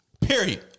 Period